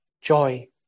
joy